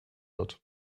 wird